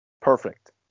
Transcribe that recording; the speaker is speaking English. perfect